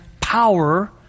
power